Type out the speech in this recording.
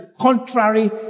contrary